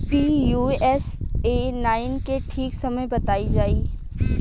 Pusa nine के ठीक समय बताई जाई?